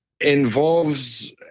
involves